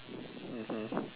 mmhmm